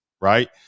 right